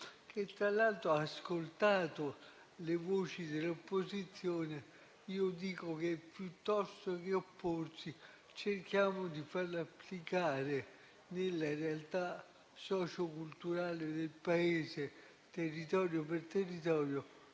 che tra l'altro ha ascoltato le voci dell'opposizione, dico che, piuttosto che opporsi, occorrerebbe cercare di far applicare le norme nella realtà socioculturale del Paese, territorio per territorio,